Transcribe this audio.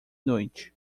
noite